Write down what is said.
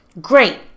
great